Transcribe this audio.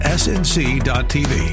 snc.tv